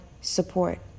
support